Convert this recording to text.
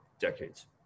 decades